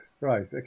Right